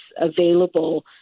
available